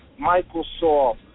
Microsoft